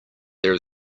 there